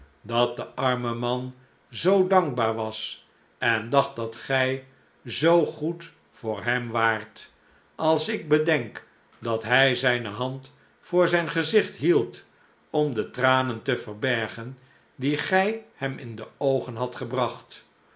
dat de arme man zoo dankbaar was en dacht dat gij zoo goed voor hem waart als ik bedenk dat hij zn'ne hand voor zijn gezicht hield om de tranen te verbergen die gij hem in de oogen hadt gebracht